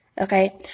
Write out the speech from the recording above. okay